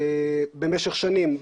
במשך שנים,